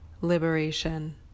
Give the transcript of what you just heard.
liberation